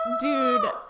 dude